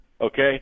Okay